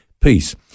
peace